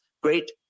great